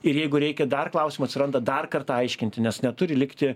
ir jeigu reikia dar klausimų atsiranda dar kartą aiškinti nes neturi likti